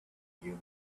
human